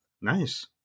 Nice